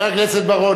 חבר הכנסת בר-און,